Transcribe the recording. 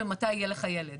ומתי יהיה לך ילד.